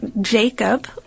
Jacob